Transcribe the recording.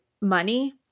money